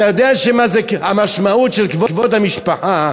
אתה יודע מה זה המשמעות של כבוד המשפחה,